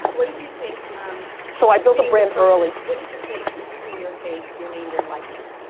what did you think so i built a brand early. what did you think using your face, your name, your likeness,